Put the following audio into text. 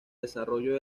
desarrollo